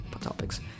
topics